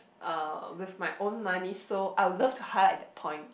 uh with my own money so I would love to highlight that point